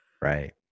Right